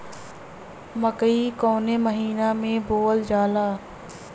मकई कवने महीना में बोवल जाला?